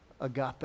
agape